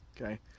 Okay